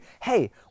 hey